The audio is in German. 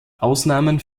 ausnahmen